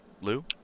Lou